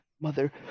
mother